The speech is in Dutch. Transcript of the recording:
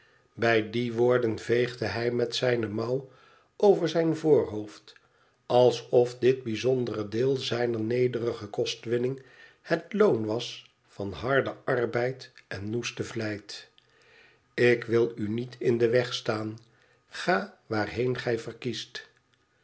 bij die woorden veegde hij met zijne mouw over zijn voorhoofd abof dit bijzondere deel zijner nederige kostwinning het loon was van harden arbeid en noeste vlijt ik wil u niet in den weg staan ga waarheen gij verkiest